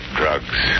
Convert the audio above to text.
drugs